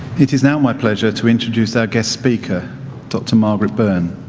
it is now my pleasure to introduce our guest speaker dr. margaret byrne.